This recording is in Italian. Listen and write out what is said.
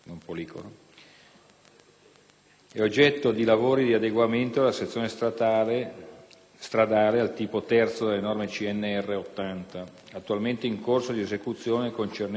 è oggetto di lavori di adeguamento della sezione stradale al tipo III delle norme C.N.R. 80, attualmente in corso di esecuzione, e concerne i lotti 8 e 9.